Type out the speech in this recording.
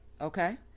Okay